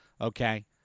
Okay